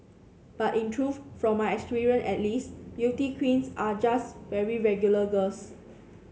but in truth from my experience at least beauty queens are just very regular girls